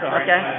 okay